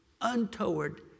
untoward